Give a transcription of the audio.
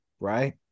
Right